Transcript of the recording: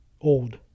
old